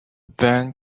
then